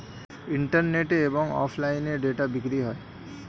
ইন্টারনেটে এবং অফলাইনে ডেটা বিক্রি হয়